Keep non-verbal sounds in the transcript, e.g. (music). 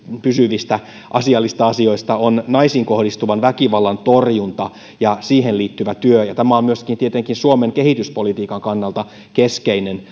pysyvistä asialista asioista on naisiin kohdistuvan väkivallan torjunta ja siihen liittyvä työ ja tämä on myöskin tietenkin suomen kehityspolitiikan kannalta keskeinen (unintelligible)